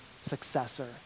successor